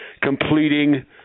completing